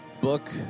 book